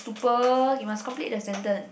super you must complete the sentence